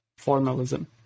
formalism